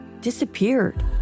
disappeared